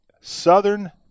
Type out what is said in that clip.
southern